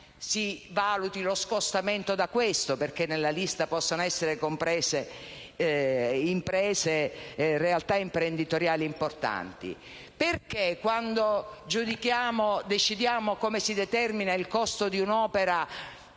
si valuti lo scostamento da questa affinché nella lista possano essere comprese imprese e realtà imprenditoriali importanti? Perché quando decidiamo come si determina il costo di un'opera